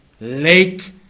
lake